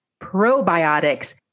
probiotics